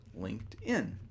LinkedIn